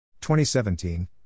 2017